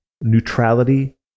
neutrality